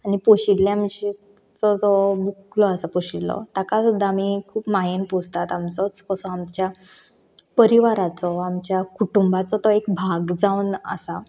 आनी पोशिंल्या विशीं आमचो जो जो बुकलो आसा पोशिल्लो ताका सुद्दां आमी खूब मायेन पोसतात आमचोच कसो आमच्या परिवाराचो आमच्या कुटुंबाचो तो एक भाग जावन आसा